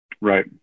Right